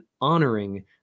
honoring